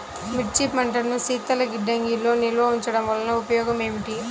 మిర్చి పంటను శీతల గిడ్డంగిలో నిల్వ ఉంచటం వలన ఉపయోగం ఏమిటి?